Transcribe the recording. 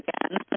again